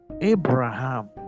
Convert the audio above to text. Abraham